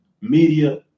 media